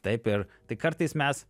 taip ir tai kartais mes